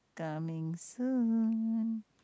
coming soon